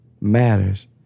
matters